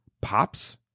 Pops